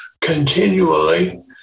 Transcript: continually